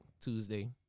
Tuesday